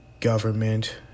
government